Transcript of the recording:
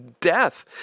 death